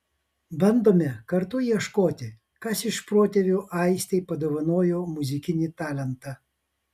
bandome kartu ieškoti kas iš protėvių aistei padovanojo muzikinį talentą